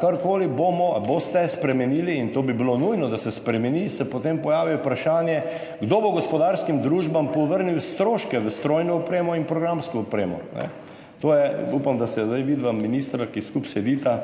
kar bomo ali boste spremenili, in bi bilo nujno to, da se spremeni, se potem pojavi vprašanje, kdo bo gospodarskim družbam povrnil stroške v strojno opremo in programsko opremo. Upam, da se bosta zdaj vidva ministra, ki skupaj sedita,